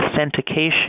authentication